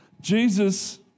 Jesus